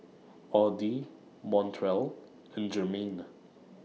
Audy Montrell and Jermain